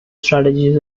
strategies